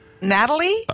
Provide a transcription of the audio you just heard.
Natalie